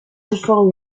before